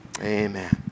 Amen